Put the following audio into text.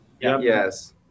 yes